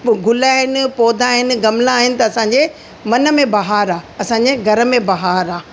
ग़ुल आहिनि पौधा आहिनि गमला आहिनि त असांजे मन में बहार आहे असांजे घर में बहार आहे